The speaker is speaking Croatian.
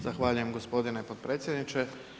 Zahvaljujem gospodine potpredsjedniče.